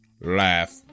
laugh